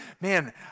man